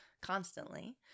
constantly